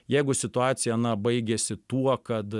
jeigu situacija na baigėsi tuo kad